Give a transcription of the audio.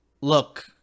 look